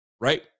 right